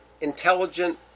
intelligent